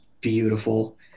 beautiful